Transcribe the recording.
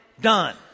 done